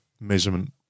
measurement